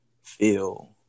Feel